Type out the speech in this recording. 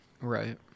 right